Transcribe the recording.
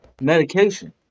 medication